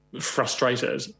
frustrated